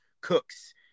cooks